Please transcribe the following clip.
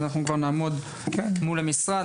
אז אנחנו כבר נעמוד מול המשרד,